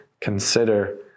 consider